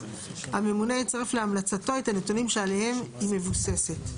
הממונה יצרף להמלצתו את הנתונים שעליהם היא מבוססת.